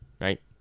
right